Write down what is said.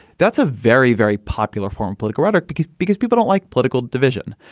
that's a very, very popular form political rhetoric because because people don't like political division.